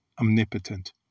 omnipotent